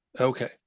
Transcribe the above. Okay